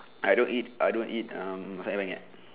I don't eat I don't eat um nasi ayam penyet